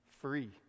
free